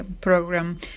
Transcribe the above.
program